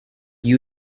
you